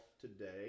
today